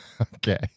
Okay